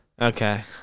Okay